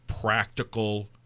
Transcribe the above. practical